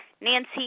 Nancy